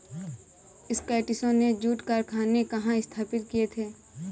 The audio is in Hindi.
स्कॉटिशों ने जूट कारखाने कहाँ स्थापित किए थे?